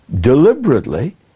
deliberately